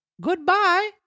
Goodbye